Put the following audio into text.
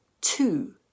Two